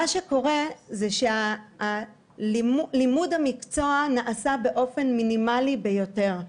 מה שקורה זה שלימוד המקצוע נעשה באופן מינימלי ביותר.